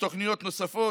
ותוכניות נוספות,